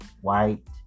white